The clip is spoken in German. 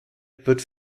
wird